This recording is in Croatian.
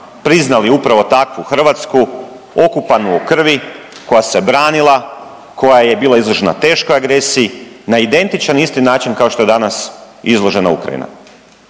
priznali upravo takvu Hrvatsku, okupanu u krvi, koja se branila, koja je bila izložena teškoj agresiji, na identičan isti način kao što je danas izložena Ukrajina.